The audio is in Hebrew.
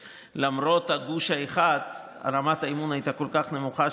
שלמרות הגוש האחד רמת האמון הייתה כל כך נמוכה,